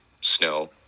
snow